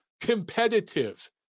competitive